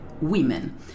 women